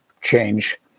change